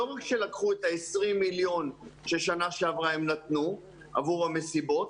לא רק שלקחו את ה-20 מיליון שבשנה שעברה הם נתנו עבור המסיבות,